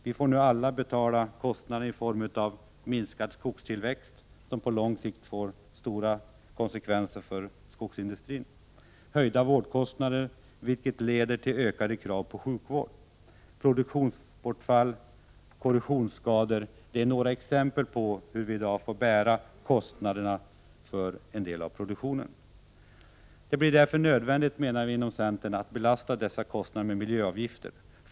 Vi får nu alla bära kostnaderna i form av minskad skogstillväxt, som på lång sikt får stora konsekvenser för skogsindustrin, höjda vårdkostnader, vilket leder till ökade krav på sjukvård, produktionsbortfall och Detta är några exempel på hur vi i dag får bära kostnaderna för en del av produktionen. Det blir därför nödvändigt, menar vi i centern, att belasta denna produktion med miljöavgifter.